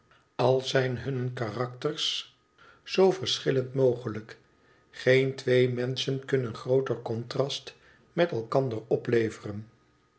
al zijn hunne karakters zoo verschillend mogelijk geen twee menschen kunnen grooter contrast met elkander opleveren